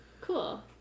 Cool